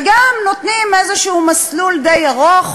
וגם נותנים איזשהו מסלול די ארוך,